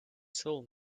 soul